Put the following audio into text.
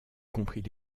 compris